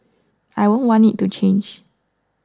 I won't want it to change